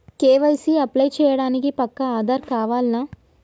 KYC apply చేయనీకి పక్కా ఆధార్ కావాల్నా?